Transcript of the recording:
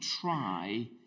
try